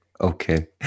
okay